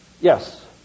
Yes